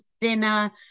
thinner